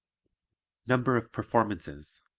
number of performances